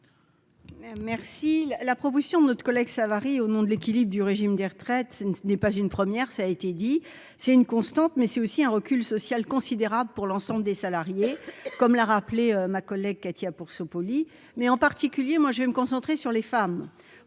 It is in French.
Merci la promotion de notre collègue Savary au nom de l'équilibre du régime des retraites, ce n'est pas une première, ça a été dit, c'est une constante, mais c'est aussi un recul social considérable pour l'ensemble des salariés, comme l'a rappelé ma collègue Katia pour se polie mais en particulier, moi je vais me concentrer sur les femmes,